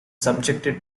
subjected